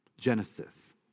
Genesis